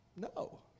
No